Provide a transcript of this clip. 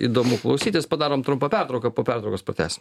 įdomu klausytis padarom trumpą pertrauką po pertraukos pratęsim